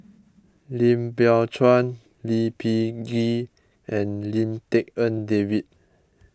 Lim Biow Chuan Lee Peh Gee and Lim Tik En David